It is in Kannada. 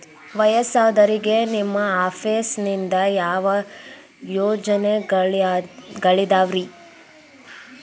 ವಯಸ್ಸಾದವರಿಗೆ ನಿಮ್ಮ ಆಫೇಸ್ ನಿಂದ ಯಾವ ಯೋಜನೆಗಳಿದಾವ್ರಿ?